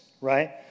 right